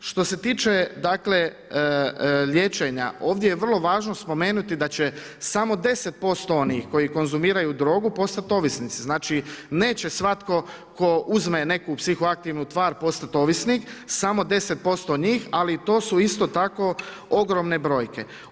Što se tiče liječenja, ovdje je vrlo važno spomenuti da će samo 10% onih koji konzumiraju drogu postati ovisnici, znači neće svatko tko uzme neku psiho aktivnu tvar postat ovisnik, samo 10% njih, ali to su isto tako ogromne brojke.